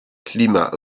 climat